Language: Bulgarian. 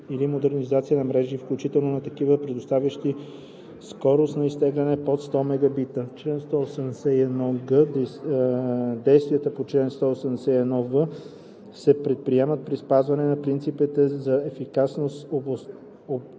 или модернизация на мрежи, включително на такива предоставящи скорост на изтегляне под 100 Mbps. Чл. 181г. Действията по чл. 181в се предприемат при спазване на принципите за ефикасност,